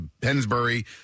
Pensbury